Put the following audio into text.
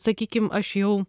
sakykim aš jau